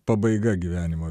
pabaiga gyvenimo